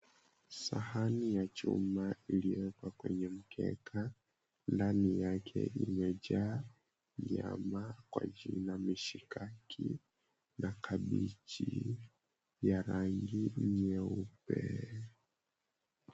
Sahani ya chuma iliyowekwa kwenye mkeka ndani yake imejaa nyama kwa jina mishikaki na kabichi ya rangi nyeupe.